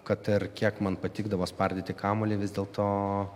kad ir kiek man patikdavo spardyti kamuolį vis dėl to